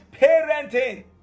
parenting